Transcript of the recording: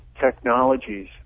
technologies